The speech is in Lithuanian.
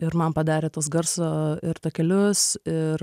ir man padarė tuos garso ir takelius ir